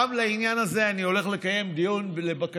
גם על העניין הזה הולך להתקיים דיון בוועדת הכספים,